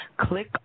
Click